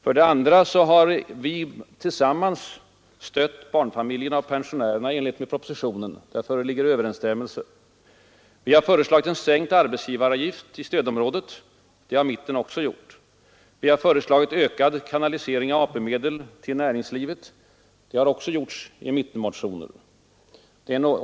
För det andra har vi tillsammans stött barnfamiljerna och pensionärerna i enlighet med propositionen. Där föreligger överensstämmelse. Vi har föreslagit en sänkt arbetsgivaravgift i stödområdet. Det har mitten också gjort. Vi har föreslagit ökad kanalisering av AP-medel till näringslivet. Det har också gjorts i mittenmotioner.